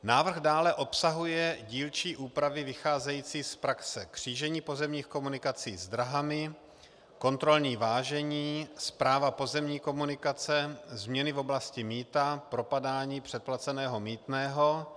Návrh dále obsahuje dílčí úpravy vycházející z praxe: křížení pozemních komunikací s dráhami, kontrolní vážení, správa pozemní komunikace, změny v oblasti mýta, propadání předplaceného mýtného.